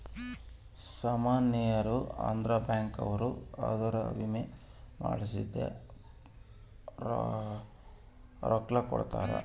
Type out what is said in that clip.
ಸಾಮನ್ ಯೆನರ ಅದ್ರ ಬ್ಯಾಂಕ್ ಅವ್ರು ಅದುರ್ ವಿಮೆ ಮಾಡ್ಸಿದ್ ರೊಕ್ಲ ಕೋಡ್ತಾರ